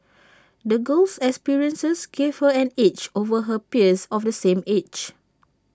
the girl's experiences gave her an edge over her peers of the same age